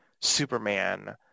Superman